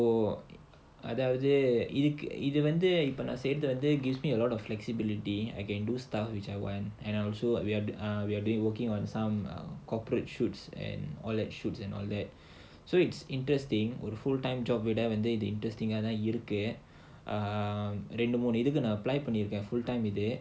so அதாவது இது வந்து:adhaavathu idhu vandhu gives me a lot of flexibility I can do stuff which I want and also we're uh we're doing working on some err corporate shoots and all that shoots and all that so it's interesting or a full time job ah விட இது:vida idhu interest ah தான் இருக்கு ரெண்டு மூணு இதுக்கு நான்:thaan irukku rendu moonu idhukku naan apply பண்ணிருக்கேன்:pannirukkaen